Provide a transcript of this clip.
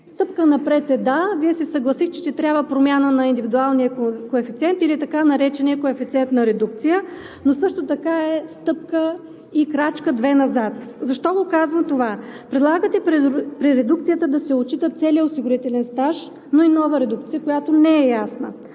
Стъпка напред е, да, Вие се съгласихте, че трябва промяна на индивидуалния коефициент или така наречения коефициент на редукция, но също така е стъпка и крачка-две назад. Защо казвам това? Предлагате при редукцията да се отчита целият осигурителен стаж, но и нова редукция, която не е ясна.